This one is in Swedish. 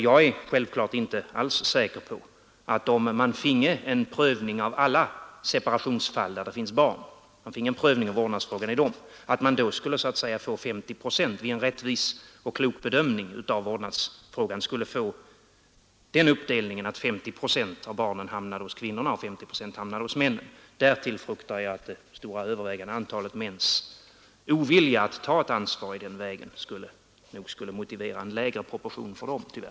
Jag är inte alls säker på att om man hade en rättivs och klok bedömning av vårdnadsfrågan i alla separationsfall, där det finns barn, man också skulle få en sådan uppdelning att 50 procent av barnen hamnade hos kvinnorna och 50 procent hos männen. Jag fruktar att många mäns ovilja att ta ett sådant ansvar skulle resultera i en något lägre proportion för männen,